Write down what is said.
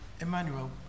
Emmanuel